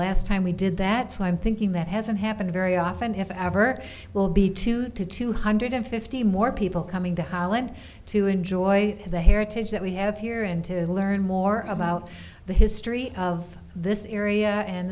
last time we did that so i'm thinking that hasn't happened very often if it ever will be two to two hundred fifty more people coming to holland to enjoy the heritage that we have here and to learn more about the history of this area and